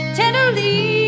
tenderly